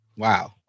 Wow